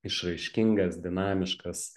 išraiškingas dinamiškas